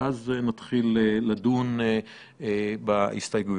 ואז נתחיל לדון בהסתייגויות.